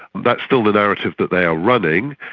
that's still the narrative that they are running,